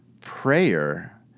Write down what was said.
prayer